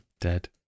Dead